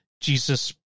Jesus